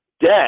debt